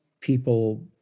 people